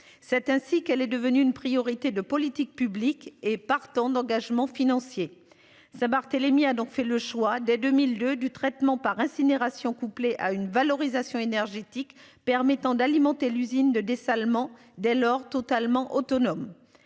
C'est ainsi qu'elle est devenue une priorité de politique publique et partant d'engagement financier sa Barthélémy a donc fait le choix des 2002 du traitement par incinération couplée à une valorisation énergétique permettant d'alimenter l'usine de dessalement. Dès lors, totalement autonome.